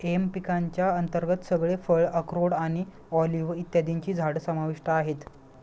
M पिकांच्या अंतर्गत सगळे फळ, अक्रोड आणि ऑलिव्ह इत्यादींची झाडं समाविष्ट आहेत